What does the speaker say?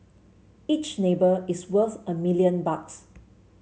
each neighbour is worth a million bucks